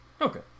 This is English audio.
Okay